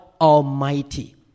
Almighty